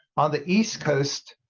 on the east coast